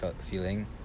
feeling